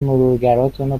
مرورگراتونو